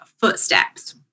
footsteps